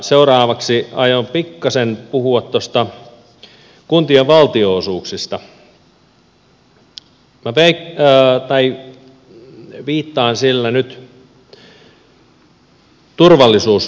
seuraavaksi aion pikkasen puhua kuntien valtionosuuksista viittaan sillä nyt turvallisuusasioihin